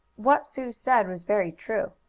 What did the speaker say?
what sue said was very true.